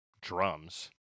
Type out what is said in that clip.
drums